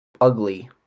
ugly